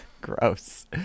gross